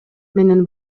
менен